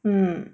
mm